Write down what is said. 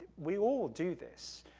we all do this,